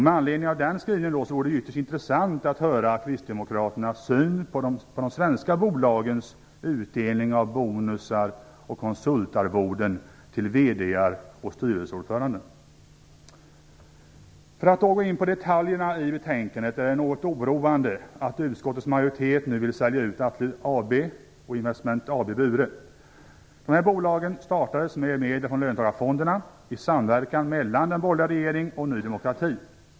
Med anledning av denna skrivning vore det ytterst intressant att få höra om Kristdemokraternas syn på den svenska bolagens utdelning av bonusar och konsultarvoden till För att gå in på detaljerna i betänkandet är det något oroande att utskottets majoritet nu vill sälja ut Atle AB och Investment AB Bure. Dessa bolag startades med medel från löntagarfonderna i samverkan mellan den borgerliga regeringen och Ny demokrati.